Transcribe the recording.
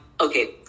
okay